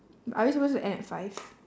are we supposed to end at five